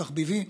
או התחביבי,